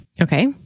Okay